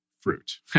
fruit